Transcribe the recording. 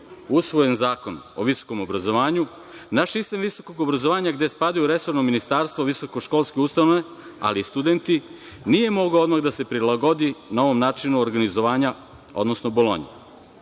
usvojen Zakon o visokom obrazovanju naš sistem visokog obrazovanja gde spadaju resorno ministarstvo visokoškolske ustanove, ali i studenti nije moglo odmah da se prilagodi novom načinu organizovanja, odnosno Bolonji. Uočene